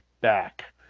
back